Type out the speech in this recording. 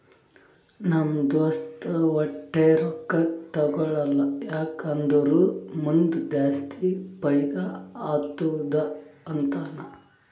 ನಮ್ ದೋಸ್ತ ವಟ್ಟೆ ರೊಕ್ಕಾ ತೇಕೊಳಲ್ಲ ಯಾಕ್ ಅಂದುರ್ ಮುಂದ್ ಜಾಸ್ತಿ ಫೈದಾ ಆತ್ತುದ ಅಂತಾನ್